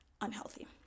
unhealthy